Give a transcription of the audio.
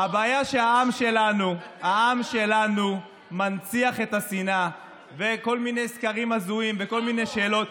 הבעיה שהעם שלנו מנציח את השנאה בכל מיני סקרים הזויים וכל מיני שאלות.